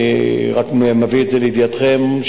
אני רק מביא את זה לידיעתכם,